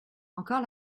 encore